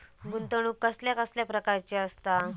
गुंतवणूक कसल्या कसल्या प्रकाराची असता?